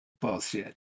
Bullshit